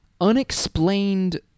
unexplained